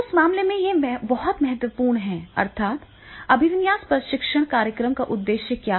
उस मामले में यह बहुत महत्वपूर्ण है अर्थात अभिविन्यास प्रशिक्षण कार्यक्रम का उद्देश्य क्या है